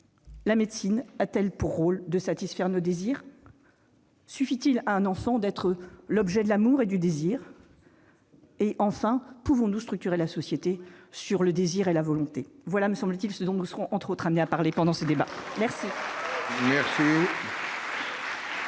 la médecine a-t-elle pour rôle de satisfaire nos désirs ? Suffit-il à un enfant d'être l'objet de l'amour et du désir ? Enfin, pouvons-nous structurer la société sur le désir et la volonté ? Voilà ce dont nous serons, entre autres choses, amenés à parler pendant ces débats ! La parole